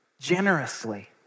generously